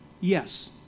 Yes